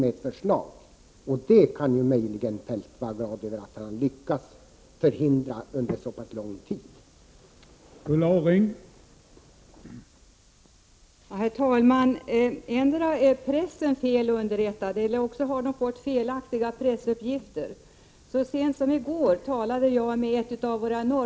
Vad herr Feldt möjligen kunde vara glad över är att han lyckats förhindra detta verkställande under så pass lång tid.